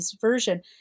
version